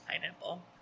pineapple